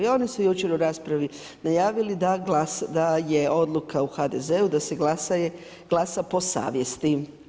Oni su jučer u raspravi najavili da je odluka u HDZ-u da se glasa po savjeti.